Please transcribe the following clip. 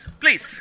please